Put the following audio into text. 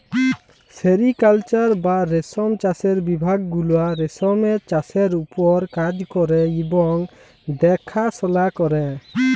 sericulture বা রেশম চাষের বিভাগ গুলা রেশমের চাষের উপর কাজ ক্যরে এবং দ্যাখাশলা ক্যরে